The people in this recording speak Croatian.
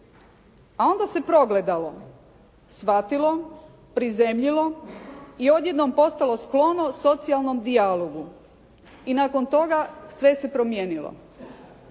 A onda se progledalo, shvatilo, prizemljilo, i odjednom postalo sklono socijalnom dijalogu. I nakon toga sve se promijenilo.